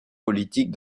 politiques